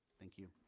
thank you